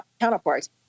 counterparts